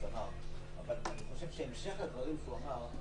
אמר אבל אני אומר שהמשך הדברים שהוא אמר,